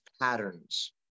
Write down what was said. patterns